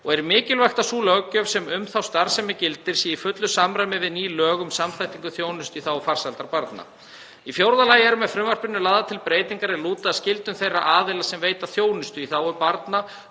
og er mikilvægt að sú löggjöf sem um þá starfsemi gildir sé í fullu samræmi við ný lög um samþættingu þjónustu í þágu farsældar barna. Í fjórða lagi eru með frumvarpinu lagðar til breytingar er lúta að skyldum þeirra aðila sem veita þjónustu í þágu barna